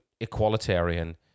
equalitarian